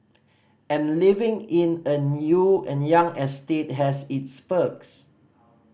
and living in a new and young estate has its perks